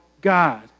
God